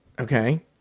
okay